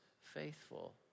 faithful